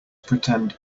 pretend